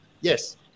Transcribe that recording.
Yes